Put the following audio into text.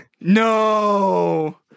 No